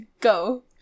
Go